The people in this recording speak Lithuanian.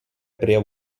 prie